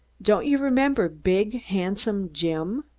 don't you remember big handsome jim?